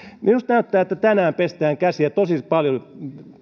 minusta näyttää että tänään pestään käsiä tosi paljon